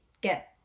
get